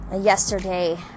Yesterday